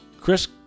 Chris